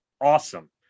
Awesome